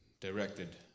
directed